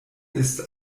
ist